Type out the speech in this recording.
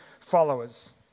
followers